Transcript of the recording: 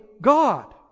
God